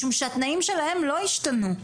משום שהתנאים שלהם לא השתנו.